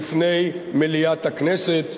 בפני מליאת הכנסת,